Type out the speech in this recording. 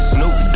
Snoop